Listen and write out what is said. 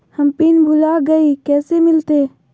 हम पिन भूला गई, कैसे मिलते?